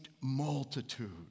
multitude